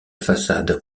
façade